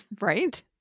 Right